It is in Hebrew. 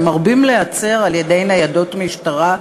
והם נעצרים פעמים רבות על-ידי ניידות משטרה,